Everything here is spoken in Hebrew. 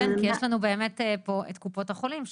כן ויש לנו באמת פה את קופות החולים,